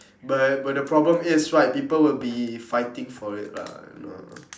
but but the problem is right people will be fighting for it lah you know